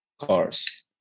cars